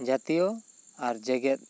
ᱡᱟᱹᱛᱤᱭᱟᱹᱣ ᱟᱨ ᱡᱮᱜᱮᱛ